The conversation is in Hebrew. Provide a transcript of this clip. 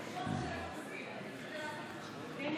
אנחנו עוברים